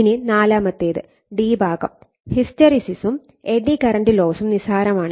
ഇനി നാലാമത്തേത് ഡി ഭാഗം ഹിസ്റ്റെറിസിസും എഡ്ഡി കറന്റ് ലോസും നിസ്സാരമാണ്